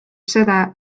seda